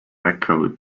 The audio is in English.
echoed